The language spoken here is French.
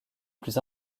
plus